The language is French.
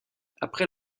après